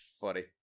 funny